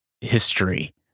history